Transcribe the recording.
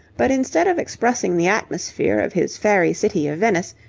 but instead of expressing the atmosphere of his fairy city of venice,